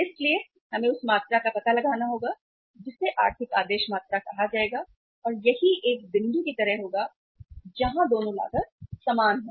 इसलिए हमें उस मात्रा का पता लगाना होगा जिसे आर्थिक आदेश मात्रा कहा जाएगा और यह एक बिंदु की तरह कुछ होगा जहां दोनों लागत समान हैं